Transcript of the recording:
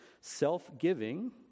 self-giving